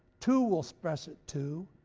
two will stress at two,